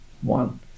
one